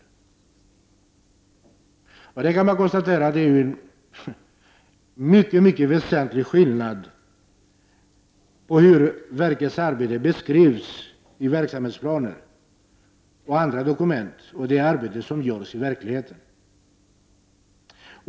Det är en väsentlig skillnad mellan å ena sidan hur verkets arbete beskrivs i verksamhetsplaner och andra dokument och å andra sidan det arbete som görs i verkligheten.